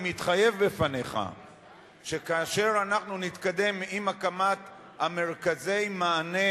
אני מתחייב בפניך שכאשר אנחנו נתקדם עם הקמת מרכזי המענה,